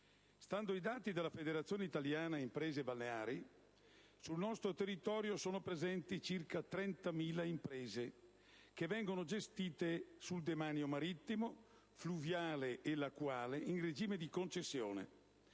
Stando ai dati della Federazione italiana imprese balneari, sul nostro territorio sono presenti circa 30.000 imprese, che vengono gestite sul demanio marittimo, fluviale e lacuale, in regime di concessione,